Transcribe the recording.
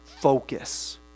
focus